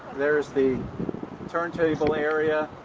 there's the turntable area